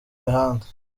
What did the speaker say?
mihanda